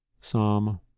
Psalm